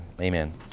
Amen